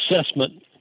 assessment